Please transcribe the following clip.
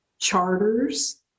charters